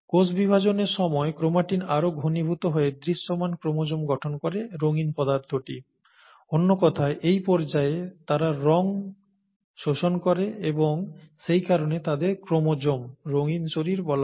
কোষ বিভাজনের সময় ক্রোমাটিন আরো ঘনীভূত হয়ে দৃশ্যমান ক্রোমোজোম গঠন করে রঙিন পদার্থটি অন্য কথায় এই পর্যায়ে তারা রং শোষণ করে এবং সেই কারণে তাদের ক্রোমোজোম রঙিন শরীর বলা হয়